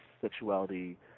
sexuality